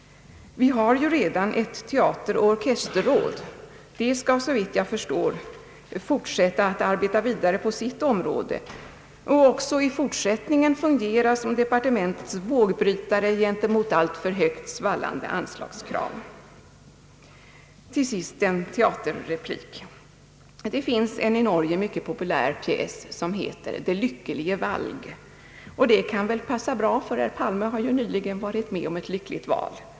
Vi har ju redan ett teateroch orkesterråd. Det skall såvitt jag förstår fortsätta att arbeta vidare på sitt område samt också i fortsättningen fungera som departementets vågbrytare gentemot alltför högt svallande anslagskrav. Till sist en teaterreplik. Det finns en i Norge mycket populär pjäs som heter »Det lykkelige valg», och det kan väl passa bra, ty herr Palme har nu nyligen varit med om ett lyckligt val.